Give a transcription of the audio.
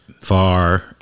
Far